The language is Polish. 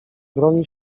broni